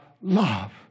love